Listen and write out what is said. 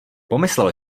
pomyslel